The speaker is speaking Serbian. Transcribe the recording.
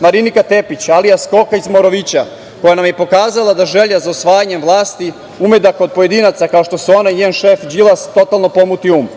Marinika Tepić, alijas „koka“ iz Morovića, koja nam je i pokazala da želja za osvajanjem vlasti ume da kod pojedinaca, kao što su ona i njen šef Đilas, totalno pomuti um.